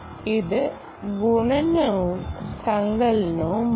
ഇത് ഗുണനവും സങ്കലനവുമാണ്